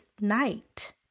night